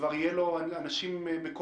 וכך כבר יהיו לו אנשים מקומיים,